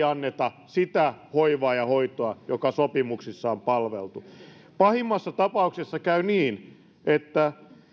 anneta sitä hoivaa ja hoitoa joka sopimuksissa on määritelty pahimmassa tapauksessa käy niin että